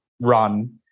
run